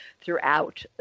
throughout